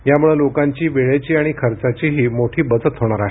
यामुळे लोकांची वेळेची आणि खर्चाचीही मोठी बचत होणार आहे